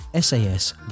SAS